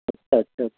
अच्छा अच्छा